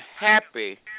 happy